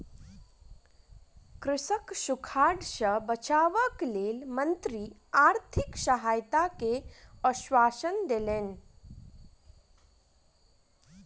कृषकक सूखाड़ सॅ बचावक लेल मंत्री आर्थिक सहायता के आश्वासन देलैन